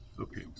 okay